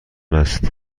است